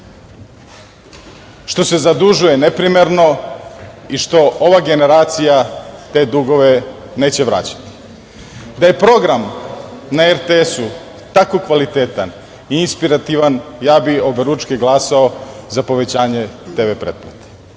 što se zadužuje neprimereno i što ova generacija te dugove neće vraćati. Da je program na RTS-u tako kvalitetan i inspirativan, ja bih oberučke glasao za povećanje TV pretplate.